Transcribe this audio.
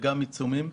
וגם עיצומים,